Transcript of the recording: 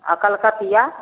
आओर कलकतिआ